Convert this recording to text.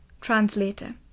Translator